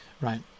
Right